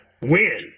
win